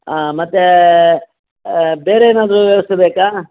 ಹಾಂ ಮತ್ತು ಬೇರೇನಾದ್ರು ವ್ಯವಸ್ಥೆ ಬೇಕಾ